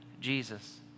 Jesus